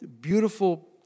beautiful